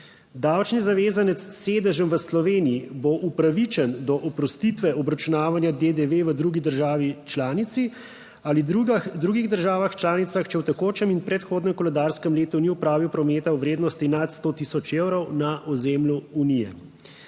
Davčni zavezanec s sedežem v Sloveniji bo upravičen do oprostitve obračunavanja DDV v drugi državi članici ali drugih državah članicah, če v tekočem in predhodnem koledarskem letu ni opravil prometa v vrednosti nad 100 tisoč evrov na ozemlju Unije.